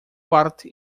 parte